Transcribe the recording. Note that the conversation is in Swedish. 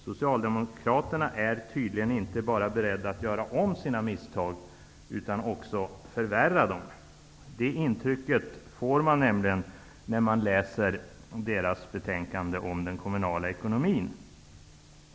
Socialdemokraterna är tydligen inte bara beredda att göra om sina misstag utan också förvärra dem. Det intrycket förstärks när man läser deras reservation till betänkandet om den kommunala ekonomin.